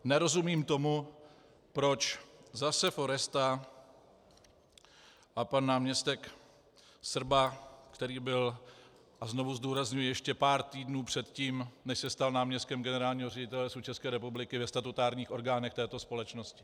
Nerozumím tomu, proč zase Foresta a pan náměstek Srba, který byl, a znovu zdůrazňuji, ještě pár týdnů předtím, než se stal náměstkem generálního ředitele Lesů České republiky, ve statutárních orgánech této společnosti.